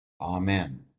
Amen